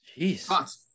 Jeez